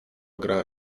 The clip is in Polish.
gra